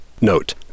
Note